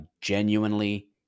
genuinely